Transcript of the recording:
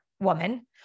woman